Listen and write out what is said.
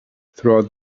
throughout